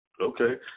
Okay